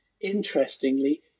Interestingly